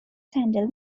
sandal